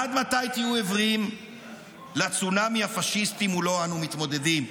עד מתי תהיו עיוורים לצונאמי הפשיסטי שמולו אנו מתמודדים?